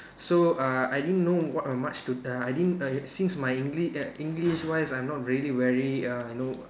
so uh I didn't know what much to uh I didn't uh since my English err English wise I'm not really very uh you know